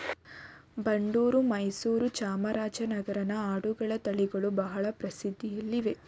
ಬಂಡೂರು, ಮೈಸೂರು, ಚಾಮರಾಜನಗರನ ಆಡುಗಳ ತಳಿಗಳು ಬಹಳ ಪ್ರಸಿದ್ಧಿಯಲ್ಲಿವೆ